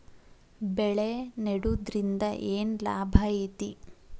ಬೆಳೆ ನೆಡುದ್ರಿಂದ ಏನ್ ಲಾಭ ಐತಿ?